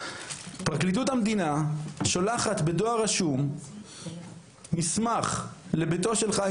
פרקליטות המדינה שולחת בדואר רשום מסמך לביתו של חיים